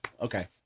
Okay